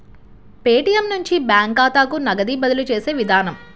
Paytm నుంచి bank ఖాతాకు నగదు బదిలీ చేసే విధానం